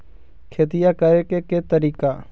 खेतिया करेके के तारिका?